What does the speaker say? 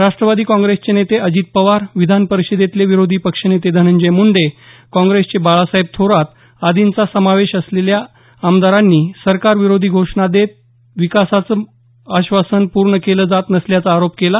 राष्ट्रवादी काँग्रेसचे नेते अजित पवार विधान परिषदेतील विरोधी पक्षनेते धनंजय मुंडे काँग्रेसचे बाळासाहेब थोरात आदींचा समावेश असलेल्या आमदारांनी सरकारविरोधी घोषणा देत विकासाचं आश्वासन पूर्ण केलं जात नसल्याचा आरोप केला